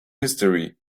history